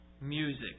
music